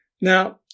Now